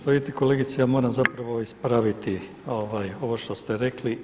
Pa kolegice ja moram zapravo ispraviti ovo što ste rekli.